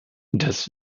das